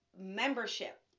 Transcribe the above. membership